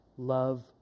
love